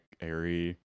airy